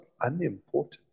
unimportant